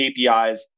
KPIs